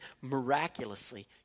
miraculously